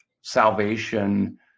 salvation